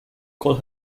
call